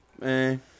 man